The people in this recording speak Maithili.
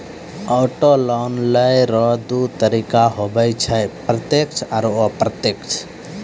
ऑटो लोन लेय रो दू तरीका हुवै छै प्रत्यक्ष आरू अप्रत्यक्ष